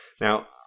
Now